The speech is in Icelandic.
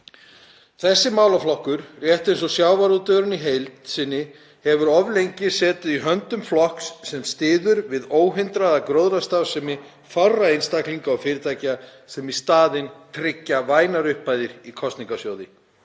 Þessi málaflokkur, rétt eins og sjávarútvegurinn í heild sinni, hefur of lengi verið í höndum flokks sem styður við óhindraða gróðastarfsemi fárra einstaklinga og fyrirtækja sem í staðinn tryggja vænar upphæðir í kosningasjóði.